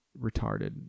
retarded